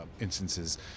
instances